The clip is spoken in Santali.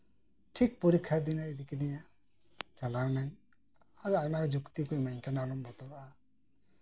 ᱴᱷᱤᱠ ᱯᱚᱨᱤᱠᱠᱷᱟ ᱫᱤᱱᱮ ᱤᱫᱤ ᱠᱮᱫᱤᱧᱟ ᱟᱨᱮ ᱢᱤᱛᱟᱹᱧ ᱠᱟᱱᱟ ᱟᱞᱚᱢ ᱵᱚᱛᱨᱚᱜᱼᱟ ᱟᱭᱢᱟ ᱡᱩᱠᱛᱤ ᱠᱚᱭ ᱮᱢᱟᱹᱧ ᱠᱟᱱᱟ ᱟᱞᱚᱢ ᱵᱚᱛᱚᱨᱚᱜᱼᱟ